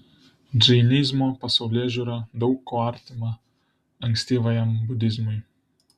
džainizmo pasaulėžiūra daug kuo artima ankstyvajam budizmui